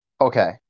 Okay